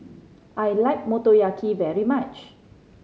I like Motoyaki very much